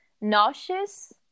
nauseous